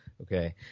Okay